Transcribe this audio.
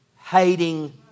hating